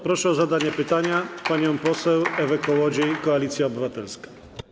Proszę o zadanie pytania panią poseł Ewę Kołodziej, Koalicja Obywatelska.